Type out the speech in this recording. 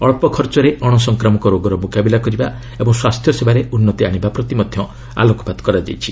ଅଞ୍ଚ ଖର୍ଚ୍ଚରେ ଅଣ ସଂକ୍ରାମକ ରୋଗର ମୁକାବିଲା କରିବା ଓ ସ୍ୱାସ୍ଥ୍ୟସେବାର ଉନ୍ନତି ଆଣିବା ପ୍ରତି ମଧ୍ୟ ଆଲୋକପାତ କରାଯାଇଛି